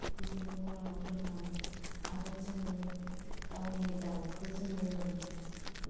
बिदिनो गलाराव दोननानै आरो जोङो गावनि दाउखौ जोङो